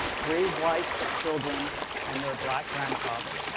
three white children and their black grandfather.